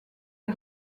est